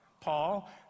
Paul